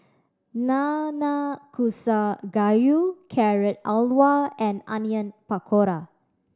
Nanakusa Gayu Carrot Halwa and Onion Pakora